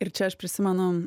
ir čia aš prisimenu